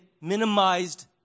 minimized